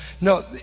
No